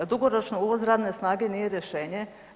Dugoročno uvoz radne snage nije rješenje.